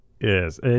Yes